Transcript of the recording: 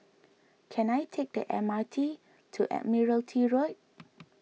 can I take the M R T to Admiralty Road